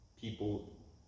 people